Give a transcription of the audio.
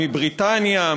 מבריטניה,